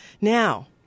now